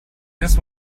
this